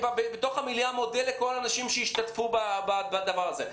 ובמליאה הוא מודה לכל האנשים שהשתתפו בדבר הזה.